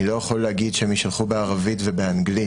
אני לא יכול להגיד שהם יישלחו בערבית ובאנגלית,